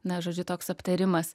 na žodžiu toks aptarimas